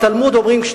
בתלמוד אומרים,